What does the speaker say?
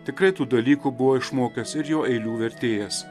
tikrai tų dalykų buvo išmokęs ir jo eilių vertėjas